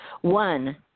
One